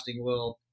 world